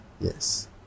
yes